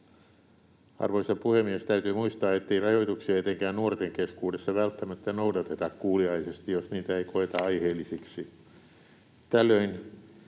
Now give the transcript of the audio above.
Arvoisa puhemies! Täytyy muistaa, ettei rajoituksia etenkään nuorten keskuudessa välttämättä noudateta kuuliaisesti, jos niitä ei koeta aiheellisiksi. Tällöin